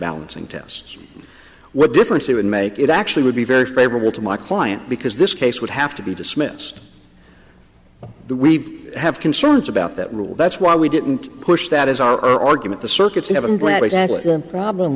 balancing test what difference it would make it actually would be very favorable to my client because this case would have to be dismissed the we've have concerns about that rule that's why we didn't push that is our argument the circuits you have